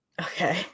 Okay